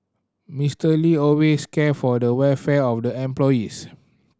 Mister Lee always cared for the welfare of the employees